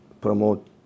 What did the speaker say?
promote